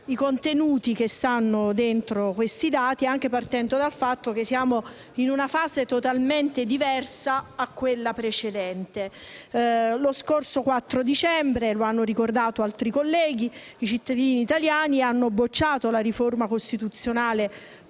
i contenuti che sottendono a questi dati, anche partendo dal presupposto che ci troviamo in una fase totalmente diversa da quella precedente. Lo scorso 4 dicembre, come hanno ricordato altri colleghi, i cittadini italiani hanno bocciato la riforma costituzionale